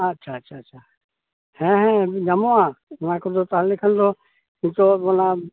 ᱟᱪᱪᱷᱟ ᱟᱪᱪᱷᱟ ᱪᱷᱟ ᱪᱷᱟ ᱦᱮᱸ ᱦᱮᱸ ᱧᱟᱢᱚᱜᱼᱟ ᱚᱱᱟ ᱠᱚᱫᱚ ᱛᱟᱦᱚᱞᱮ ᱠᱷᱟᱱ ᱫᱚ ᱱᱤᱛᱳᱜ ᱚᱱᱟ